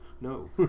no